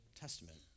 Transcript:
Testament